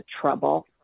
trouble